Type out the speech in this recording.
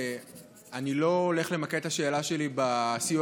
אני לא הולך למקד את השאלה שלי בסיוע